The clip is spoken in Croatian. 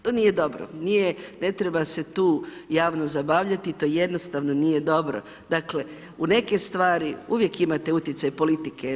To nije dobro, ne treba se tu javnost zabavljati, to jednostavno nije dobro, dakle u neke stvari uvijek imate utjecaj politike.